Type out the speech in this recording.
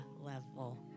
level